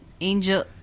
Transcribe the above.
Angel